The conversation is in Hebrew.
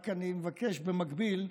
רק אני מבקש, במקביל,